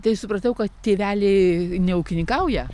tai supratau kad tėveliai neūkininkauja